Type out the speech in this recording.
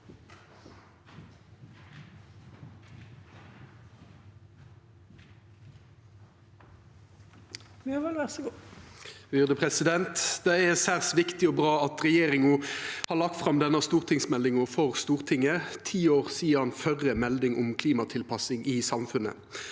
Det er særs vik- tig og bra at regjeringa har lagt fram denne stortingsmeldinga for Stortinget, ti år etter førre melding om klimatilpassing i samfunnet.